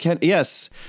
Yes